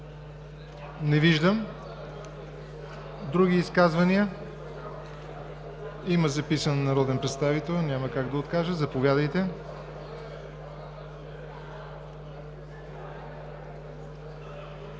Не виждам. Други изказвания? Има записан народен представител, няма как да откажа. Заповядайте.